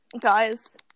guys